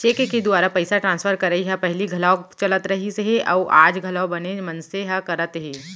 cheque के दुवारा पइसा ट्रांसफर करई ह पहिली घलौक चलत रहिस हे अउ आज घलौ बनेच मनसे ह करत हें